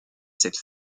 cette